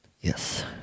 Yes